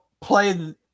play –